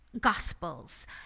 gospels